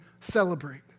celebrate